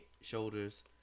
shoulders